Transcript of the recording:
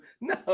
No